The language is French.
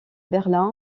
berlin